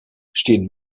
stehen